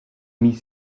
mit